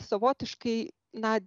savotiškai na